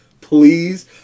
Please